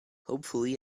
hopefully